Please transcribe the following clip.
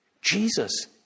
Jesus